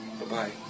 Bye-bye